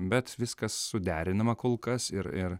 bet viskas suderinama kol kas ir ir